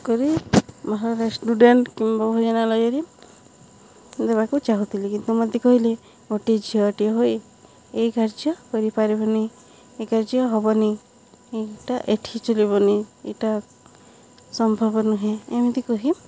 କରି ବାହାର ଦେବାକୁ ଚାହୁଁଥିଲି କିନ୍ତୁ ମୋତେ କହିଲେ ଗୋଟିଏ ଝିଅଟିଏ ହୋଇ ଏଇ କାର୍ଯ୍ୟ କରିପାରିବୁନି ଏଇ କାର୍ଯ୍ୟ ହବନି ଏଇଟା ଏଠି ଚଳିବନି ଏଇଟା ସମ୍ଭବ ନୁହେଁ ଏମିତି କହି